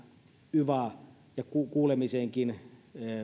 yvaan ja kuulemiseenkin